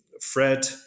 fred